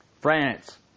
France